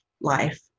life